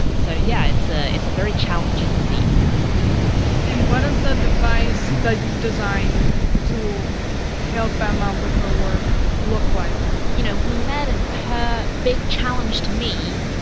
so yeah, it's ah it's a very challenging disease and what does the device that you designed to help emma with her work look like? you know, we met and her big challenge to me,